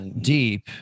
deep